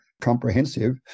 comprehensive